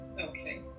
Okay